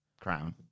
crown